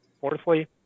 Fourthly